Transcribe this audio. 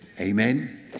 Amen